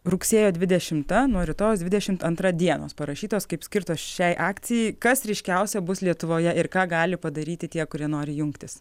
rugsėjo dvidešimta nuo rytojaus dvidešimt antra dienos parašytos kaip skirtos šiai akcijai kas ryškiausia bus lietuvoje ir ką gali padaryti tie kurie nori jungtis